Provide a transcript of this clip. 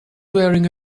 wearing